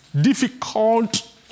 difficult